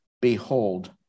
behold